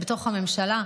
בתוך הממשלה.